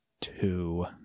Two